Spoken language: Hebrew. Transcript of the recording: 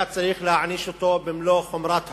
היה צריך להעניש אותו במלוא חומרת העונש.